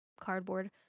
cardboard